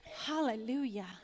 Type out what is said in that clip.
Hallelujah